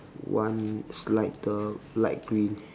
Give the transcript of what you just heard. one slighter light green